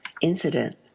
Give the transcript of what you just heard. incident